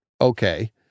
Okay